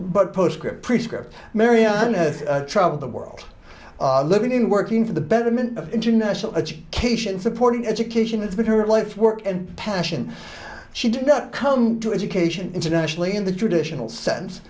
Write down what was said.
but postscript prescribed marianne has traveled the world living in working for the betterment of international education supporting education that's been her life's work and passion she did not come to education internationally in the traditional sense